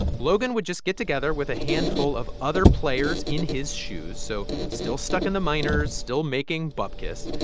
logan would just get together with a handful of other players in his shoes so still stuck in the minors, still making bupkis.